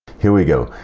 here we go